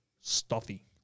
stuffy